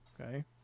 okay